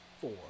four